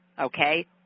Okay